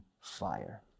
fire